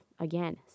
again